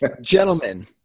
gentlemen